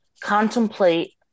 contemplate